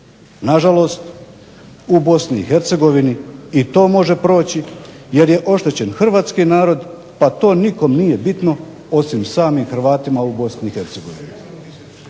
Nažalost, u BiH i to može proći jer je oštećen hrvatski narod pa to nikom nije bitno osim samim Hrvatima u BiH.